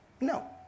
no